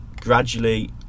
gradually